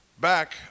back